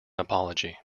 apology